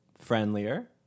friendlier